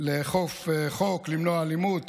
לאכוף חוק, למנוע אלימות,